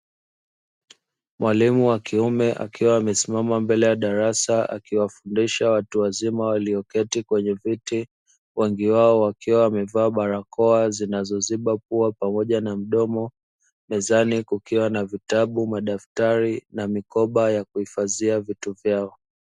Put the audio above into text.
Mwalimu wa kiume akiwa amesimama mbele ya darasa akiwafundisha watu wazima walioketi kwenye viti, wengi wao wakiwa wamevaa barakoa zinazoziba pua pamoja na mdomo, mezani kukiwa na vitabu, madaftari na mikoba ya kuhifadhia vitu vyao.